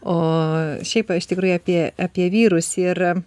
o šiaip iš tikrųjų apie apie vyrus ir